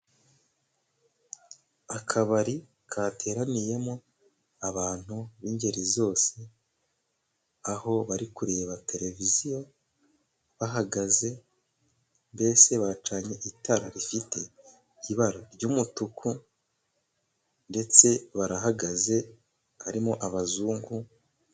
Akabari kateraniyemo abantu b'ingeri zose, Aho barikureba tereviviyo bahagaze. Mbese bacanye itara rifite ibara ry'umutuku, ndetse barahagaze harimo abazungu.